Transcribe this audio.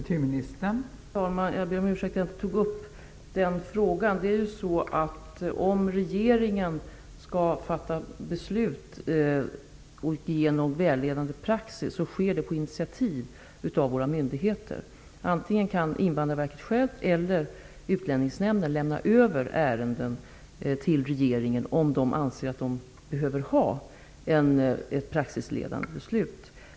Fru talman! Jag ber om ursäkt för att jag inte tog upp den nämnda frågan. Om regeringen skall fatta beslut genom icke vägledande praxis sker det på initiativ av våra myndigheter. Antingen kan Invandrarverket självt eller Utlänningsnämnden lämna över ärenden till regeringen om de anser att de behöver ha ett praxisledande beslut.